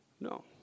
No